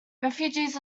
refugees